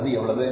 அது எவ்வளவு